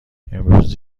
امروز